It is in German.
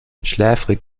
schläfrig